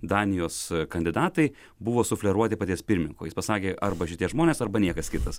danijos kandidatai buvo sufleruoti paties pirmininko jis pasakė arba šitie žmonės arba niekas kitas